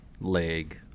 leg